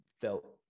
felt